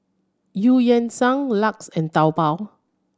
Eu Yan Sang LUX and Taobao